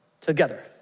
together